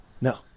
No